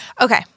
Okay